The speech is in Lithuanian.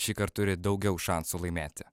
šįkart turi daugiau šansų laimėti